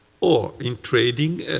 or in trading,